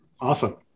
Awesome